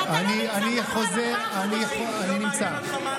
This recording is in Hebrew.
לא מעניין אותך מה אנחנו חושבים.